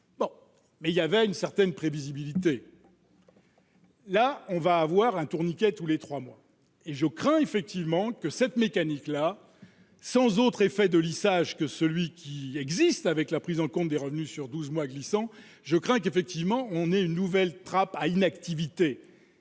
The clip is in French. mais il y avait une certaine prévisibilité. Là on va avoir un tourniquet tous les 3 mois et je crains effectivement que cette mécanique là sans autre effet de lissage que celui qui existe avec la prise en compte des revenus sur 12 mois glissants, je crains qu'effectivement on est une nouvelle trappes à inactivité